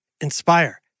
Inspire